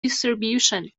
distribution